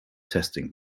testing